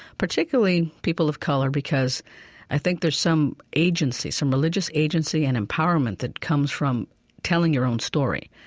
particularly people of color because i think there is some agency, some religious agency, an empowerment that comes from telling your own story,